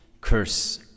curse